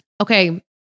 Okay